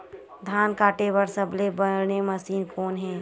धान काटे बार सबले बने मशीन कोन हे?